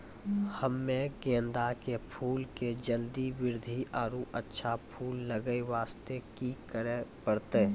हम्मे गेंदा के फूल के जल्दी बृद्धि आरु अच्छा फूल लगय वास्ते की करे परतै?